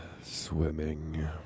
swimming